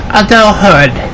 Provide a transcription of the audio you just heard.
adulthood